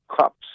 cups